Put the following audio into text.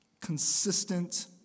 consistent